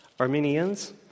Armenians